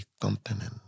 continent